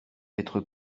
être